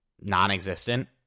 non-existent